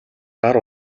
гар